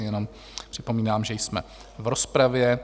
Jenom připomínám, že jsme v rozpravě.